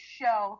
show